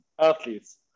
athletes